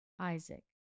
Isaac